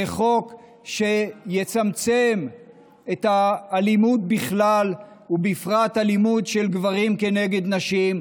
זה חוק שיצמצם את האלימות בכלל ואלימות של גברים כנגד נשים בפרט.